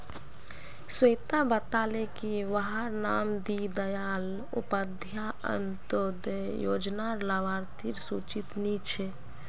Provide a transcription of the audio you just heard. स्वेता बताले की वहार नाम दीं दयाल उपाध्याय अन्तोदय योज्नार लाभार्तिर सूचित नी छे